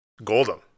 Goldem